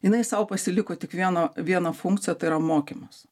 jinai sau pasiliko tik vieno vieną funkciją tai yra mokymas